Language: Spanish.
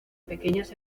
pequeñas